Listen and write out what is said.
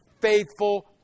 faithful